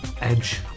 edge